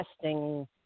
testing